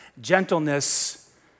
Gentleness